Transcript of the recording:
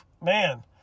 man